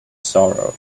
sorrow